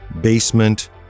basement